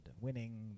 winning